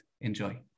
enjoy